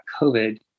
COVID